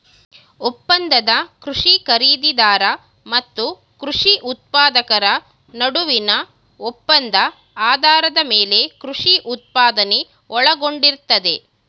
ಒಪ್ಪಂದದ ಕೃಷಿ ಖರೀದಿದಾರ ಮತ್ತು ಕೃಷಿ ಉತ್ಪಾದಕರ ನಡುವಿನ ಒಪ್ಪಂದ ಆಧಾರದ ಮೇಲೆ ಕೃಷಿ ಉತ್ಪಾದನೆ ಒಳಗೊಂಡಿರ್ತದೆ